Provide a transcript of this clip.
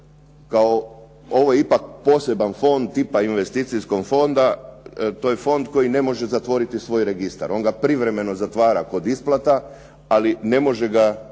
kao ovo je ipak poseban fond tipa investicijskog fonda. To je fond koji ne može zatvoriti svoj registar, on ga privremeno zatvara kod isplata, ali ne može ga